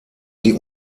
die